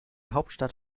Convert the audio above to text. hauptstadt